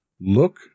look